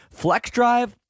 FlexDrive